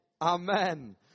amen